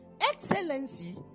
excellency